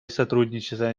сотрудничества